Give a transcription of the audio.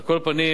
על כל פנים,